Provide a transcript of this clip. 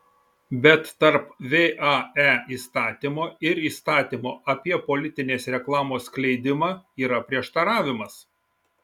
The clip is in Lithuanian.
bet tarp vae įstatymo ir įstatymo apie politinės reklamos skleidimą yra prieštaravimas